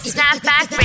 Snapback